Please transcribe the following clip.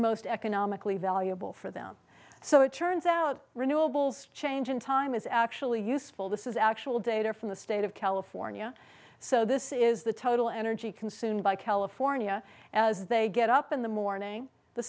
most economically valuable for them so it turns out renewables change in time is actually useful this is actual data from the state of california so this is the total energy consumed by california as they get up in the morning the